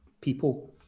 people